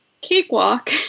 cakewalk